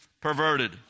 perverted